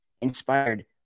inspired